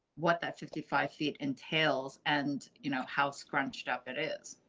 what that? fifty five feet entails and you know how scratched up it is.